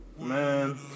Man